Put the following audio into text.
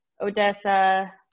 Odessa